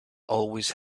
always